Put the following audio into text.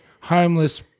homeless